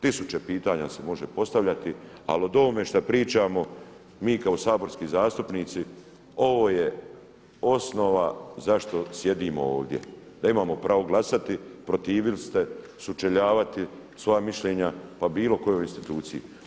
Tisuće pitanja se može postavljati, ali o ovome što pričamo mi kao saborski zastupnici, ovo je osnova zašto sjedimo ovdje, da imamo pravo glasati, protivi se, sučeljavati svoja mišljenja o bilo kojoj instituciji.